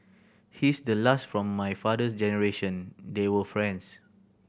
he's the last from my father's generation they were friends